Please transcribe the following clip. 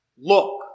Look